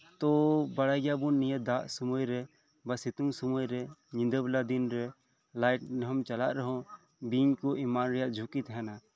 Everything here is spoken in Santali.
ᱛᱳ ᱵᱟᱲᱟᱭ ᱜᱮᱭᱟᱵᱚᱱ ᱱᱤᱭᱟᱹ ᱫᱟᱜ ᱥᱚᱢᱚᱭᱨᱮ ᱵᱟ ᱥᱤᱛᱩᱝ ᱥᱚᱢᱚᱭᱨᱮ ᱧᱤᱫᱟᱹ ᱵᱮᱲᱟ ᱫᱤᱱᱨᱮ ᱞᱟᱭᱤᱴ ᱟᱛᱮᱢ ᱪᱟᱞᱟᱜ ᱨᱮᱦᱚᱸ ᱵᱤᱧ ᱠᱚ ᱮᱢᱟᱱ ᱨᱮᱭᱟᱜ ᱡᱷᱩᱸᱠᱤ ᱛᱟᱸᱦᱮᱱᱟ